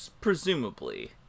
presumably